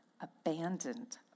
abandoned